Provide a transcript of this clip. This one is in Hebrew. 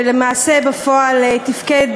שלמעשה בפועל תפקד,